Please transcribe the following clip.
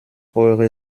eure